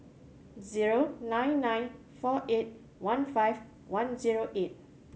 zero nine nine four eight one five one zero eight